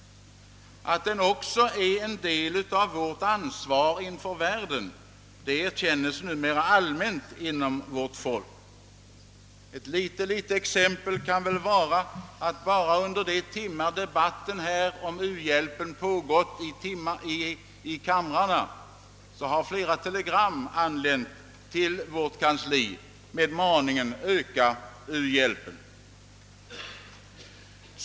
Att den också är en del av vårt ansvar inför världen erkännes numera allmänt här i landet. Ett litet exempel på det kan vara, att bara under de timmar denna debatt om u-hjälpen pågått här i riksdagen har flera telegram anlänt till vårt kansli med maningen: Öka u-hjälpen!